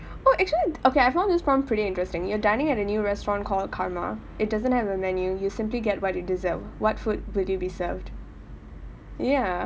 oh actually okay I found this prompt pretty interesting you're dining at a new restaurant called karma it doesn't have a menu you simply get what you deserve what food would you be served ya